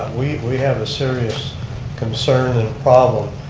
we have a serious concern and problem,